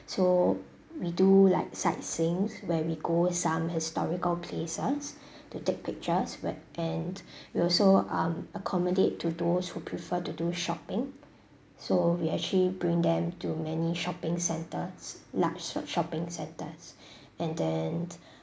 so we do like sightseeing where we go some historical places to take pictures where and we also um accommodate to those who prefer to do shopping so we actually bring them to many shopping centres large shopping centres and then